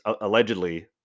allegedly